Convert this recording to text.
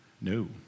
No